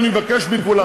לכן אני מבקש מכולם,